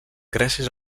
gràcies